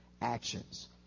actions